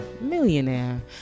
millionaire